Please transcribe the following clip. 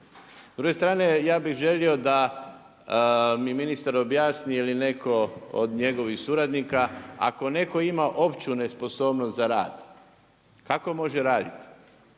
S druge strane ja bih želio da mi ministar objasni ili netko od njegovih suradnika ako netko ima opću nesposobnost za rad kako može raditi?